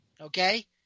Okay